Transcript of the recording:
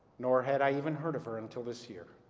nor had i even heard of her until this year.